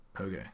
Okay